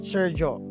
Sergio